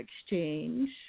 Exchange